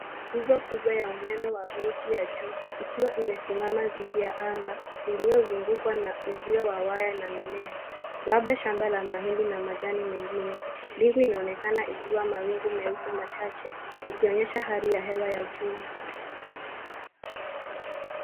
Nguzo kubwa ya umeme wa volti ya juu ikiwa imesimama thidi ya anga iliyozingukwa na uzio wa waya na mimea labda shamba la mahindi na majani mengine .Mbingu inaonekana ikiwa mawingu meupe machahe ikionyesha hali ya hewa ya jua.